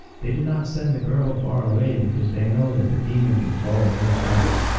they did not send the girl far away because they know that the demon can follow any track.